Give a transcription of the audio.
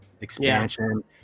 expansion